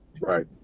Right